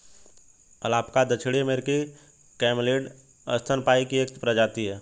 alpaca दक्षिण अमेरिकी camelid स्तनपायी की एक प्रजाति है